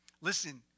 Listen